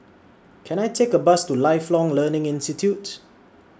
Can I Take A Bus to Lifelong Learning Institute